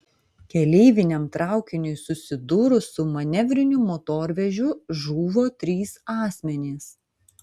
keleiviniam traukiniui susidūrus su manevriniu motorvežiu žuvo trys asmenys